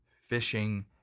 fishing